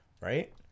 right